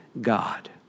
God